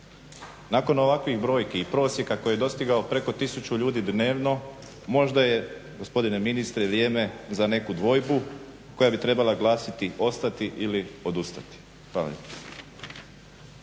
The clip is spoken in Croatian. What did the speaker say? Nakon ovakvih brojki i prosjeka koji je dostigao preko tisuću ljudi dnevno, možda je gospodine ministre vrijeme za neku dvojbu koja bi trebala glasiti ostati ili odustati. Hvala